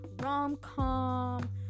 rom-com